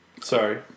Sorry